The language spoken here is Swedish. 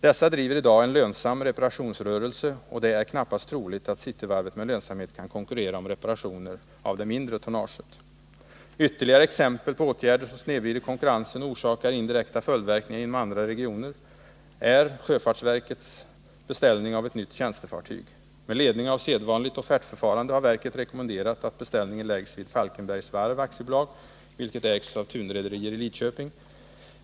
Dessa driver i dag en lönsam reparationsrörelse och det är knappast troligt att Cityvarvet med lönsamhet kan konkurrera om reparationer av det mindre tonnaget. Ytterligare exempel på åtgärder som snedvrider konkurrensen och orsakar indirekta följdverkningar inom andra regioner är sjöfartsverkets beställning av ett nytt tjänstefartyg. Efter sedvanligt offertförfarande har verket rekommenderat att beställningen läggs vid Falkenbergs Varv AB, vilket ägs av Thunrederier i Lidköping.